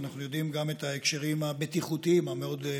ואנחנו יודעים גם את ההקשרים הבטיחותיים המאוד-קשים.